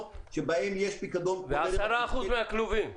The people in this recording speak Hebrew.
שיש בהן פיקדון -- ו-10% מהכלובים.